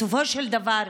בסופו של דבר,